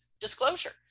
disclosure